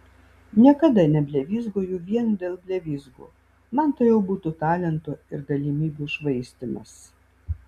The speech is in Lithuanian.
niekada neblevyzgoju vien dėl blevyzgų man tai jau būtų talento ir galimybių švaistymas